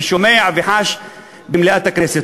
שומע וחש במליאת הכנסת.